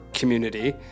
community